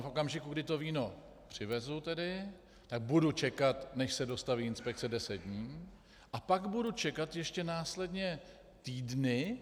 V okamžiku, kdy víno přivezu, budu čekat, než se dostaví inspekce deset dnů, a pak budu čekat ještě následně týdny.